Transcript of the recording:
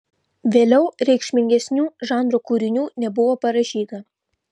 vėliau reikšmingesnių žanro kūrinių nebuvo parašyta